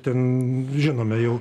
ten žinome jau